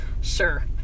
Sure